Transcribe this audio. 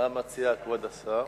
מה מציע כבוד השר?